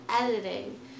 editing